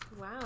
Wow